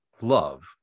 love